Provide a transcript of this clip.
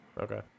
okay